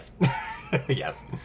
Yes